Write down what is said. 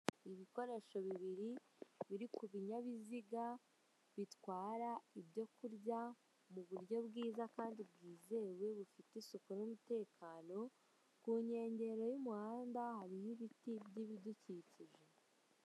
Ibikoresho bibiri, biri ku binyabiziga bitwara ibyo kurya mu buryo bwiza kandi bwizewe, bufite isuku n'umutekano, ku nkengero y'umuhanda hariho ibiti by'ibidukikije.